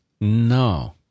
No